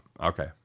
okay